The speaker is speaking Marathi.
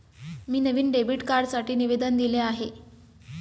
मी नवीन डेबिट कार्डसाठी निवेदन दिले आहे